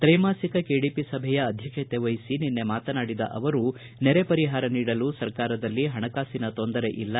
ತ್ರೈಮಾಸಿಕ ಕೆಡಿಪಿ ಸಭೆಯ ಅಧ್ಯಕ್ಷತೆ ವಹಿಸಿ ಮಾತನಾಡಿದ ಅವರು ನೆರೆ ಪರಿಹಾರ ನೀಡಲು ಸರ್ಕಾರದಲ್ಲಿ ಹಣಕಾಸಿನ ತೊಂಂದರೆ ಇಲ್ಲ